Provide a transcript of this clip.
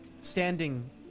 Standing